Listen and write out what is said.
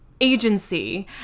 agency